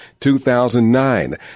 2009